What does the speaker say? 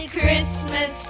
Christmas